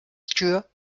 tür